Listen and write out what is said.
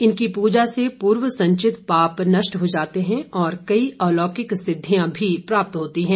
इनकी पूजा से पूर्वसंचित पाप नष्ट हो जाते हैं और कई अलौलिक सिद्धियां भी प्राप्त होती हैं